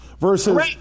versus